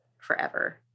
forever